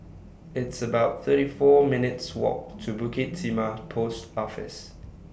It's about thirty four minutes' Walk to Bukit Timah Post Office